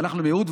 אנחנו מיעוט,